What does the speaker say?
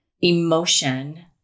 emotion